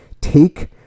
take